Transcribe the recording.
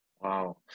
Wow